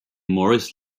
morris